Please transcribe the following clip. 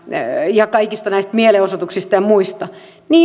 ja kaikista mielenosoituksista ja muista